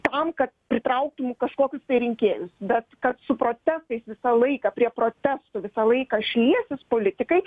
tam kad pritrauktum kažkokius tai rinkėjus bet kad su protestais visą laiką prie protestų visą laiką šlietsis politikai